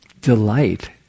delight